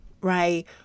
right